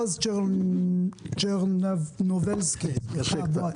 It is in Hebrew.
בוריס צרנובלסקי, בבקשה.